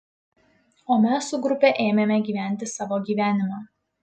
o mes su grupe ėmėme gyventi savo gyvenimą